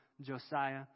Josiah